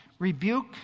Rebuke